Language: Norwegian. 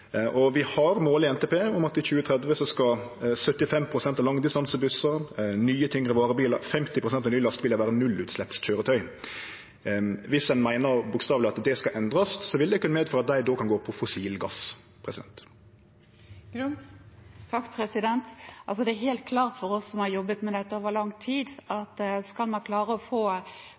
Vi har mål i NTP om at i 2030 skal 75 pst. av langdistansebussar og nye tyngre varebilar og 50 pst. av nye lastebilar vere nullutsleppskøyretøy. Viss ein meiner bokstaveleg at det skal endrast, vil det kunne medføre at dei kan gå på fossil gass. Det er helt klart for oss som har jobbet med dette over lang tid, at skal man klare å få